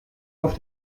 auf